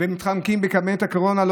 ומתחמקים מקבינט הקורונה,